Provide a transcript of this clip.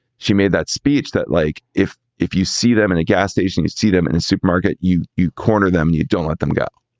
she made that speech that like if if you see them in a gas station, you see them in a supermarket, you you corner them, you don't let them go.